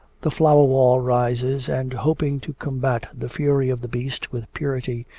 the flower-wall rises, and hoping to combat the fury of the beast with purity,